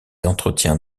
entretiens